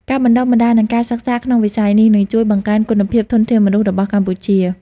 ការបណ្តុះបណ្តាល និងការសិក្សាក្នុងវិស័យនេះ នឹងជួយបង្កើនគុណភាពធនធានមនុស្សរបស់កម្ពុជា។